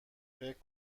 فکر